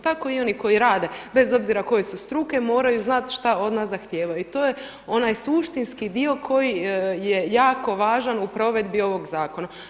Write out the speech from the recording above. Tako i oni koji rade bez obzira koje su struke moraju znati šta od nas zahtijevaju i to je onaj suštinski dio koji je jako važan u provedbi ovog zakona.